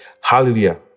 Hallelujah